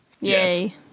Yay